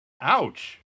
Ouch